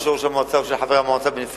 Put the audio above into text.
או של ראש המועצה או של חברי המועצה בנפרד,